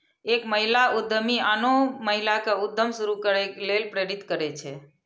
एक महिला उद्यमी आनो महिला कें उद्यम शुरू करै लेल प्रेरित करै छै